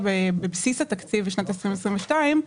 בבסיס התקציב בשנת 2022,